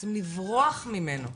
רוצים לברוח ממנו.